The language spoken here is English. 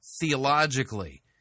theologically